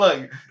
look